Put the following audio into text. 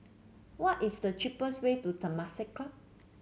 what is the cheapest way to Temasek Club